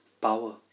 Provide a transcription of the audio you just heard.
power